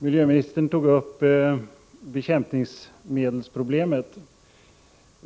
Miljöministern tog upp bekämpningsmedelsproblemet.